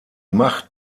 macht